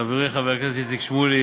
חברי חבר הכנסת איציק שמולי,